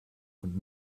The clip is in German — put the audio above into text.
und